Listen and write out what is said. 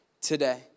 today